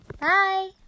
Bye